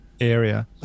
area